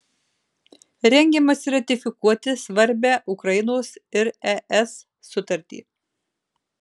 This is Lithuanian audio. rengiamasi ratifikuoti svarbią ukrainos ir es sutartį